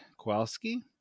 Kowalski